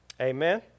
amen